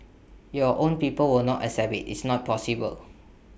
your own people will not accept IT it's not possible